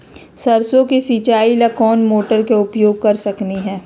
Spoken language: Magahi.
सरसों के सिचाई ला कोंन मोटर के उपयोग कर सकली ह?